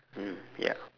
mmhmm ya